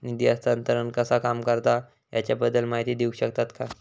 निधी हस्तांतरण कसा काम करता ह्याच्या बद्दल माहिती दिउक शकतात काय?